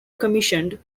commissioned